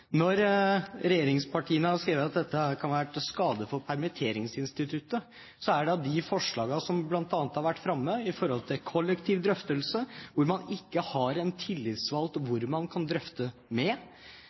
Regjeringspartiene har skrevet at forslaget om å innføre individuelle drøftinger kan «være til skade for hele permitteringsinstituttet», og det er blant de forslagene som bl.a. har vært framme i forhold til kollektiv drøftelse, hvor man ikke har en tillitsvalgt